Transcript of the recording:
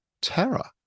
terror